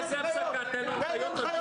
18 שרים.